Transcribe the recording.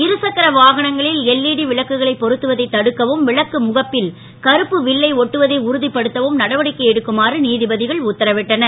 இருசக்கர வாகனங்களில் எல்இடி விளக்குகளை பொருத்துவதை தடுக்கவும் விளக்கு முகப்பில் கருப்பு வில்லை ஒட்டுவதை உறு ப்படுத்தவும் நடவடிக்கை எடுக்குமாறு நீ ப கள் உத்தரவிட்டனர்